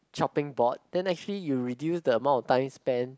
chopping board then actually you reduce the amount of time spend